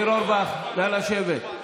ניר אורבך, נא לשבת.